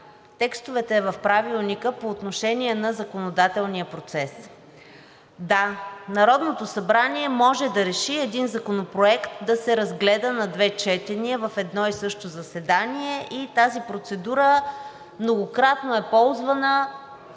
текстовете в Правилника по отношение на законодателния процес. Да, Народното събрание може да реши един законопроект да се разгледа на две четения в едно и също заседание и тази процедура многократно е ползвана